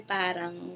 parang